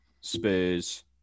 Spurs